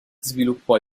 sviluppò